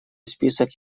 список